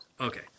Okay